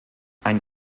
ein